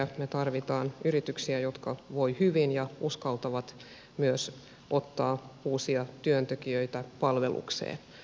me tarvitsemme yrityksiä jotka voivat hyvin ja uskaltavat myös ottaa uusia työntekijöitä palvelukseen